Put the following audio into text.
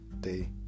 day